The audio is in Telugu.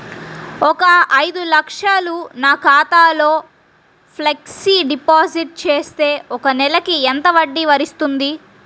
ఒక ఐదు లక్షలు నా ఖాతాలో ఫ్లెక్సీ డిపాజిట్ చేస్తే ఒక నెలకి ఎంత వడ్డీ వర్తిస్తుంది?